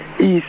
east